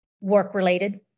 work-related